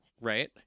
Right